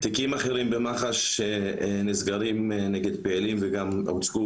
תיקים אחרים במח"ש נסגרים נגד פעילים וגם הוצגו